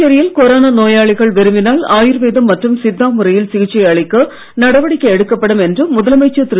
புதுச்சேரியில் கொரோனா நோயாளிகள் விரும்பினால் ஆயுர்வேதம் மற்றும் சித்தா முறையில் சிகிச்சை அளிக்க நடவடிக்கை எடுக்கப்படும் என்று முதலமைச்சர் திரு